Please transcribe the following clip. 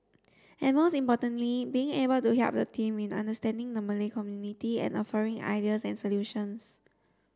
and most importantly being able to help the team in understanding the Malay community and offering ideas and solutions